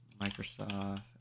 Microsoft